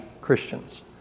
Christians